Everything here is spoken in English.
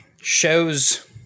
shows